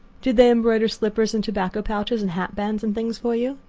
did they embroider slippers and tobacco pouches and hat-bands and things for you?